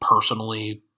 personally